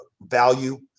value